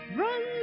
run